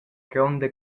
gronda